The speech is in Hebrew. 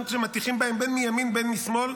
גם כאשר מטיחים בהם בין מימין ובין משמאל,